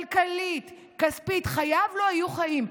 כלכלית, כספית, וחייו לא יהיו חיים?